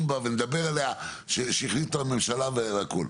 בה ונדבר עליה שהחליטה הממשלה והכל.